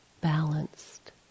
balanced